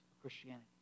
Christianity